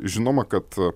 žinoma kad